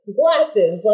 glasses